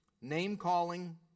name-calling